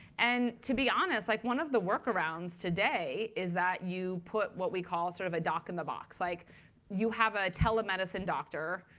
and to be honest, like one of the workarounds today is that you put what we call sort of a doc in the box. like you have a telemedicine doctor,